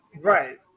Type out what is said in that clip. right